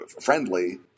friendly